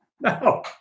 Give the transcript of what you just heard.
No